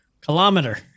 Kilometer